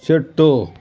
చెట్టు